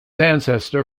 ancestor